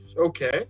okay